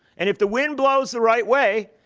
and if the wind blows the right way,